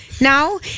Now